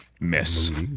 miss